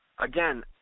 Again